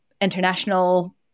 international